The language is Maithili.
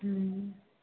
हूँ